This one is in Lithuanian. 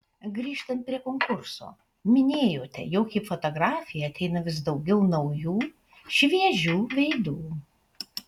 grįžtant prie konkurso minėjote jog į fotografiją ateina vis daugiau naujų šviežių veidų